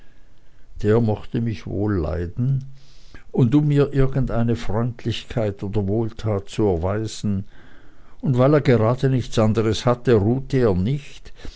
der mochte mich wohl leiden und um mir irgendeine freundlichkeit oder wohltat zu erweisen und weil er gerade nichts anderes hatte ruhte er nicht